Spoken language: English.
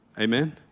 Amen